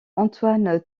antoine